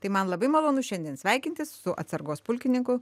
tai man labai malonu šiandien sveikintis su atsargos pulkininku